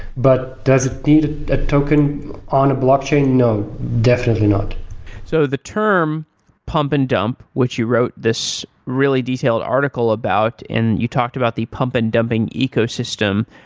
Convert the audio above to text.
but does it need a token on a blockchain? no, definitely not so the term pump and dump, which you wrote this really detailed article about and you talked about the pump and dumping ecosystem,